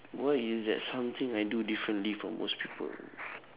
what is that something I do differently from most people